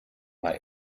mal